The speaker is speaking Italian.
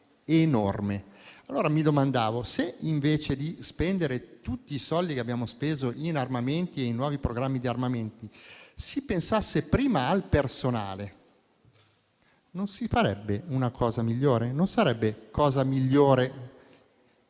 enorme. Mi domando allora: se, invece di spendere tutti i soldi che abbiamo speso in armamenti e in nuovi programmi di armamento, si pensasse prima al personale, non si farebbe una cosa migliore? Non sarebbe cosa migliore